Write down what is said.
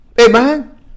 Amen